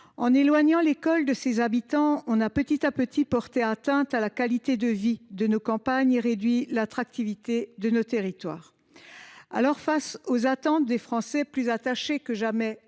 En éloignant l’école des habitants, on a petit à petit porté atteinte à la qualité de vie dans nos campagnes et réduit l’attractivité de nos territoires. Afin de répondre aux attentes des Français, qui sont plus attachés que jamais